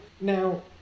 Now